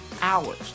hours